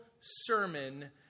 sermon